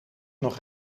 nog